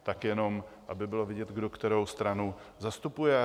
Tak jenom aby bylo vidět, kdo kterou stranu zastupuje.